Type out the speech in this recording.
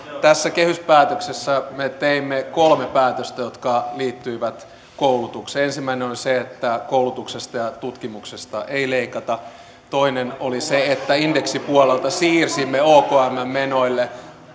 tässä kehyspäätöksessä me teimme kolme päätöstä jotka liittyivät koulutukseen ensimmäinen oli se että koulutuksesta ja tutkimuksesta ei leikata toinen oli se että indeksipuolelta siirsimme okmn menoille